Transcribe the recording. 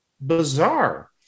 bizarre